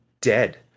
dead